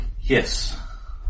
Yes